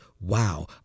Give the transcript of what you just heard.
wow